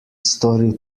storil